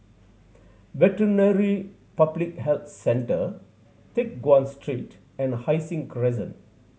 Veterinary Public Health Centre Teck Guan Street and Hai Sing Crescent